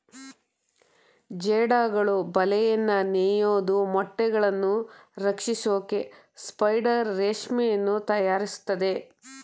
ಜೇಡಗಳು ಬಲೆನ ನೇಯೋದು ಮೊಟ್ಟೆಗಳನ್ನು ರಕ್ಷಿಸೋಕೆ ಸ್ಪೈಡರ್ ರೇಷ್ಮೆಯನ್ನು ತಯಾರಿಸ್ತದೆ